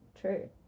true